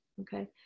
okay